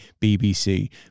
BBC